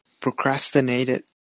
procrastinated